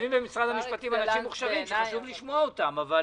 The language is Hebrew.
יושבים במשרד המשפטים אנשים מוכשרים שחשוב לשמוע אותם אבל